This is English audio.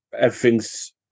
everything's